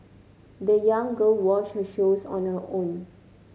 the young girl washed her shoes on her own